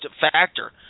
factor